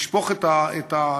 ולשפוך את ה-1,700,